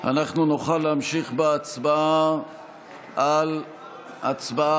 אנחנו נוכל להמשיך בהצבעה על הסעיף.